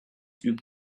übt